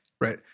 Right